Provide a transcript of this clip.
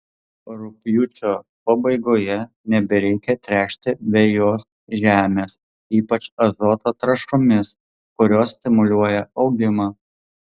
rugpjūčio pabaigoje nebereikia tręšti vejos žemės ypač azoto trąšomis kurios stimuliuoja augimą